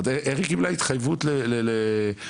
איך היא קיבלה התחייבות ל MRI